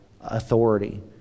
authority